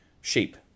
shape